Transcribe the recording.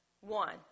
one